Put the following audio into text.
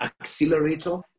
accelerator